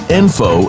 info